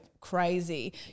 crazy